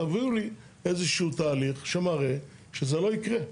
תביאו לי איזה שהוא תהליך שמראה שזה לא יקרה.